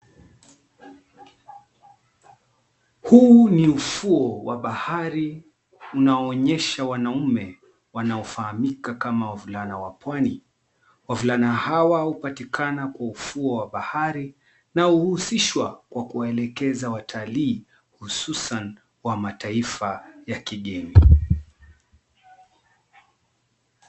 Huu ni ufuo wa bahari unaoonyesha wanaume wanaofahamika kama wavulana wa pwani. Wavulana hawa hupatikana kwa ufuo wa bahari na huhusishwa kwa kuwaelekeza watalii hususan wa mataifa ya kigeni.